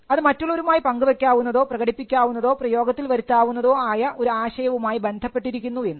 അത് മറ്റുള്ളവരുമായി പങ്കു വെക്കാവുന്നതോ പ്രകടിപ്പിക്കാവുന്നതോ പ്രയോഗത്തിൽ വരുത്താവുന്നതോ ആയ ഒരു ആശയവുമായി ബന്ധപ്പെട്ടിരിക്കുന്നു എന്ന്